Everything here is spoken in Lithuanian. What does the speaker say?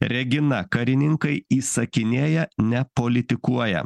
regina karininkai įsakinėja ne politikuoja